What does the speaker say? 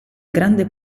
grande